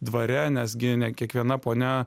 dvare nes gi ne kiekviena ponia